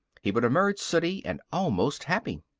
he would emerge sooty and almost happy.